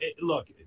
Look